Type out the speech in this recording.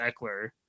Eckler